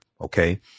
Okay